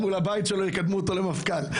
אתו בו